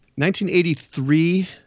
1983